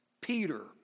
Peter